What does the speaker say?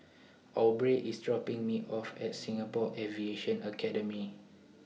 Aubrey IS dropping Me off At Singapore Aviation Academy